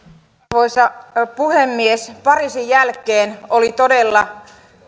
arvoisa puhemies pariisin jälkeen oli todella